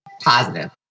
Positive